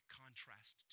contrast